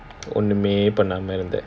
ஒண்ணுமே பண்ணாம இருந்த:onnume pannama iruntha